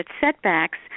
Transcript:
setbacks